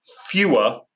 fewer